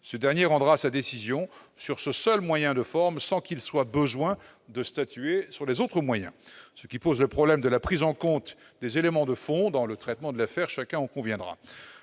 ce dernier rendra sa décision sur ce seul moyen de forme sans qu'il soit besoin de statuer sur les autres moyens. Cela pose le problème de la prise en compte des éléments de fond dans le traitement de l'affaire, chacun en conviendra.